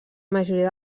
majoria